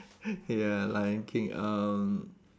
ya lion king um